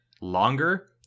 longer